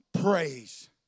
praise